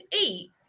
eat